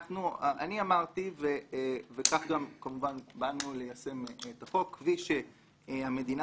אני אמרתי וכך גם כמובן באנו ליישם את החוק כפי שהמדינה